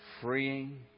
freeing